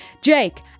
Jake